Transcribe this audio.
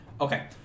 Okay